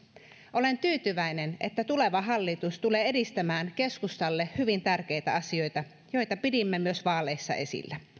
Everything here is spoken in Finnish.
olen tyytyväinen että tuleva hallitus tulee edistämään keskustalle hyvin tärkeitä asioita joita pidimme myös vaaleissa esillä